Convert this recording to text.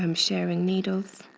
um sharing needles,